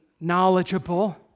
knowledgeable